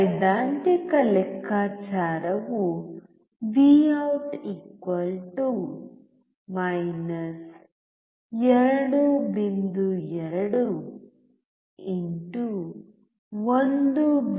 ಸೈದ್ಧಾಂತಿಕ ಲೆಕ್ಕಾಚಾರವು Vout 2